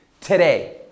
today